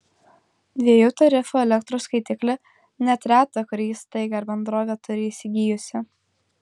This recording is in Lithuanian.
dviejų tarifų elektros skaitiklį net reta kuri įstaiga ar bendrovė turi įsigijusi